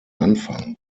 anfang